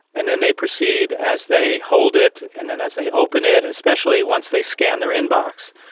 and then they proceed as they hold it and then as they open it and especially once they scan their inbox,